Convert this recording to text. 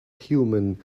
human